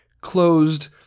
closed